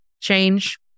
change